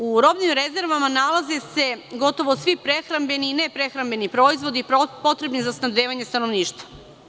U robnim rezervama nalaze se gotovo svi prehrambeni i neprehrambeni proizvodi potrebni za snabdevanje stanovništva.